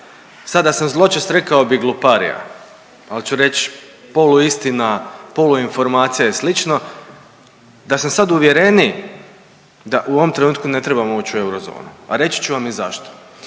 da sam zločest rekao bih gluparija, ali ću reći poluistina, poluinformacija i slično, da sam sad uvjereniji da u ovom trenutku ne trebamo ući u eurozonu, a reći ću vam i zašto.